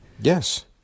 Yes